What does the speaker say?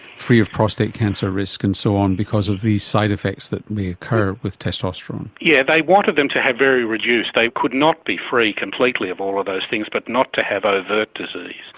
free of prostate cancer risk and so on because of the side effects that may occur with testosterone. yes, yeah they wanted them to have very reduced, they could not be free completely of all of those things, but not to have ah overt disease.